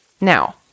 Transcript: Now